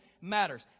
matters